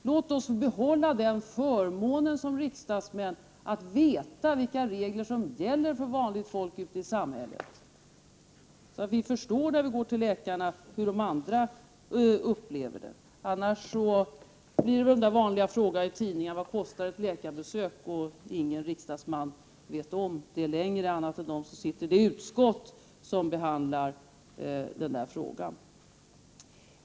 Låt oss som riksdagsmän behålla den förmånen att veta vilka regler som gäller för vanligt folk ute i samhället, så att vi när vi går till läkare förstår hur andra upplever detta. Annars kommer väl de gamla vanliga frågorna i tidningarna om vad ett läkarbesök kostar osv., och så visar det sig att inga riksdagsmän annat än de som sitter i resp. fackutskott känner till detta.